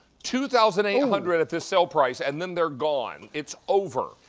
two thousand eight hundred at this sale price. and then they're gone. it's over!